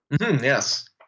yes